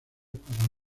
para